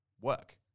work